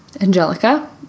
Angelica